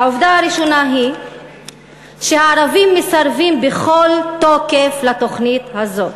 העובדה הראשונה היא שהערבים מסרבים בכל תוקף לתוכנית הזו,